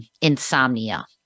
insomnia